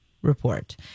Report